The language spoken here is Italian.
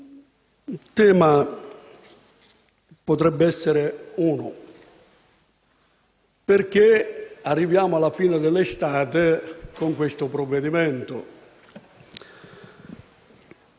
Il tema potrebbe essere il seguente: perché arriviamo alla fine dell'estate con questo provvedimento?